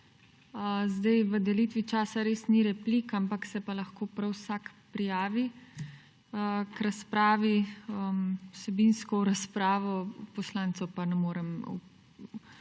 V delitvi časa res ni replik, ampak se pa lahko prav vsak prijavi k razpravi. Vsebinsko v razpravo poslancev pa ne morem posegati